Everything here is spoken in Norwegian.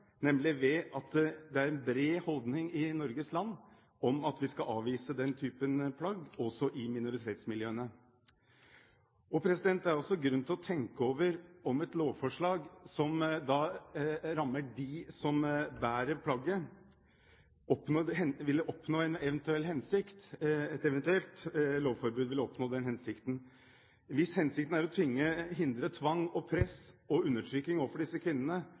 nemlig ved at det er en bred holdning i Norges land om at vi skal avvise den typen plagg også i minoritetsmiljøene. Det er også grunn til å tenke over om et eventuelt lovforbud, som da rammer dem som bærer plagget, ville bidra til å oppnå den hensikten. Hvis hensikten er å hindre tvang og press og undertrykking overfor disse kvinnene,